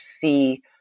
see